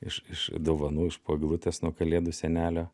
iš iš dovanų iš po eglutės nuo kalėdų senelio